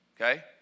okay